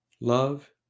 Love